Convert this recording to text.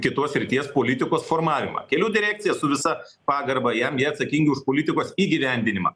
kitos srities politikos formavimą kelių direkcija su visa pagarba jiem jie atsakingi už politikos įgyvendinimą